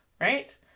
right